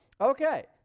Okay